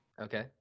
Okay